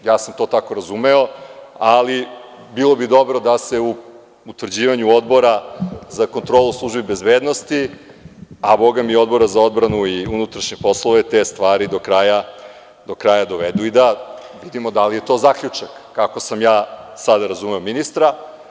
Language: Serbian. Ja sam to tako razumeo, ali bilo bi dobro da se u utvrđivanju Odbora za kontrolu službi bezbednosti, a bogami i Odbora za odbranu i unutrašnje poslove te stvari do kraja dovedu i da vidimo da li je to zaključak, kako sam ja sada razumeo ministra.